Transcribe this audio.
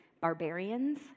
barbarians